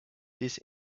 this